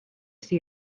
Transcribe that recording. see